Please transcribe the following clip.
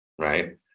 right